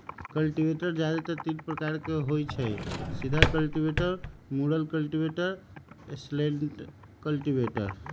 cultivator जादेतर तीने प्रकार के होई छई, सीधा कल्टिवेटर, मुरल कल्टिवेटर, स्लैटेड कल्टिवेटर